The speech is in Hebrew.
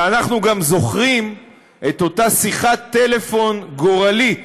ואנחנו גם זוכרים את אותה שיחת טלפון גורלית